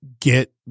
get